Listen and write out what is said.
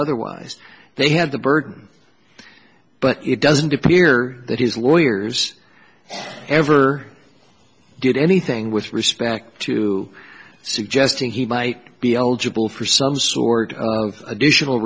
otherwise they have the burden but it doesn't appear that his lawyers ever did anything with respect to suggesting he might be eligible for some sort of additional